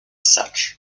such